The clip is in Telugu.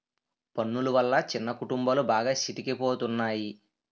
పన్నులు వల్ల చిన్న కుటుంబాలు బాగా సితికిపోతున్నాయి